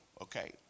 Okay